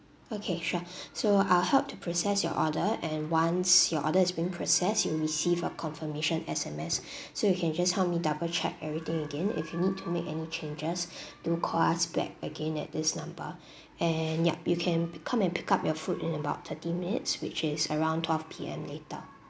okay sure so I'll help to process your order and once your order is being process you'll receive a confirmation S_M_S so you can just help me double check everything again if you need to make any changes do call us back again at this number and yup you can pi~ come and pick up your food in about thirty minutes which is around twelve P_M later